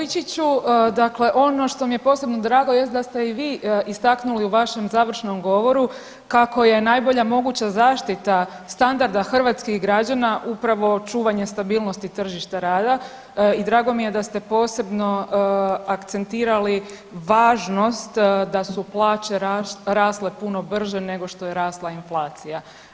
Poštovani guverneru Vujčiću, dakle ono što mi je posebno drago jest da ste i vi istaknuli u vašem završnom govoru kako je najbolja moguća zaštita standarda hrvatskih građana upravo čuvanje stabilnosti tržišta rada i drago mi je da ste posebno akcentirali važnost da su plaće rasle puno brže nego što je rasla inflacija.